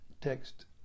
text